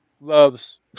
loves